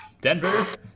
Denver